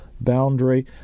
boundary